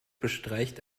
bestreicht